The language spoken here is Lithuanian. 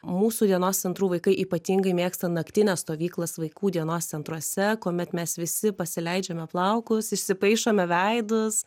mūsų dienos centrų vaikai ypatingai mėgsta naktines stovyklas vaikų dienos centruose kuomet mes visi pasileidžiame plaukus išsipaišome veidus